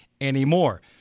anymore